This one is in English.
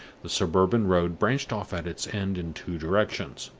the suburban road branched off at its end in two directions.